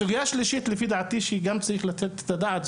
הסוגיה השלישית לפי דעתי שגם צריך לתת את הדעת,